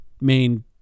main